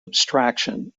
abstraction